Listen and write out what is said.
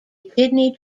kidney